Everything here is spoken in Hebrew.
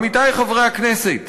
עמיתי חברי הכנסת,